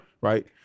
right